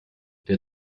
der